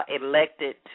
Elected